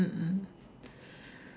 mm mm